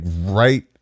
right